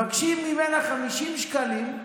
מבקשים ממנה 50 שקלים,